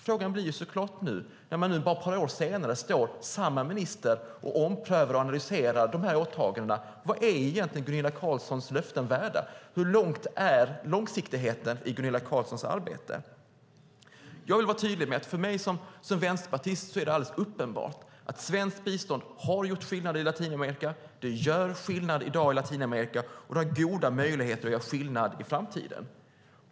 När samma minister bara ett par år senare står och omprövar och analyserar dessa åtaganden blir frågan: Vad är egentligen Gunilla Carlssons löften värda? Hur lång är långsiktigheten i Gunilla Carlssons arbete? Jag vill vara tydlig med att för mig som vänsterpartist är det alldeles uppenbart att svenskt bistånd har gjort skillnad i Latinamerika, att det gör skillnad i dag i Latinamerika och att det har goda möjligheter att göra skillnad i framtiden.